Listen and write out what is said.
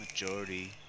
majority